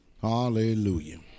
Hallelujah